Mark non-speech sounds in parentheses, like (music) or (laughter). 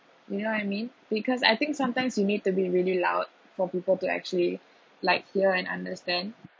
you know what I mean because I think sometimes you need to be really loud for people to actually (breath) like hear and understand